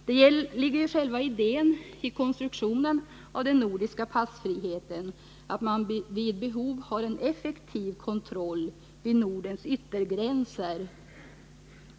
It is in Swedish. Det ligger i själva konstruktionsidén till den nordiska passfrihetsöverenskommelsen att man vid behov utför en effektiv kontroll vid Nordens yttergränser.